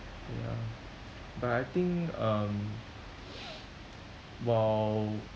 ya but I think um while